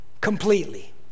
completely